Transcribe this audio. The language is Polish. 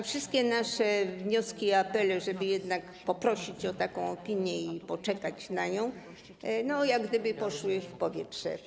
Wszystkie nasze wnioski i apele o tym, żeby jednak poprosić o taką opinię i poczekać na nią, jak gdyby poszły w powietrze.